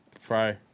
fry